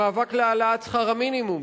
המאבק להעלאת שכר המינימום,